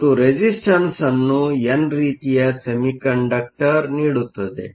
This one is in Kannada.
ಮತ್ತು ರೆಸಿಸ್ಟನ್ಸ್Resistance ಅನ್ನು ಎನ್ ರೀತಿಯ ಸೆಮಿಕಂಡಕ್ಟರ್ ನೀಡುತ್ತದೆ